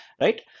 right